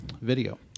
video